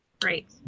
Great